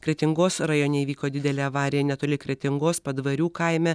kretingos rajone įvyko didelė avarija netoli kretingos padvarių kaime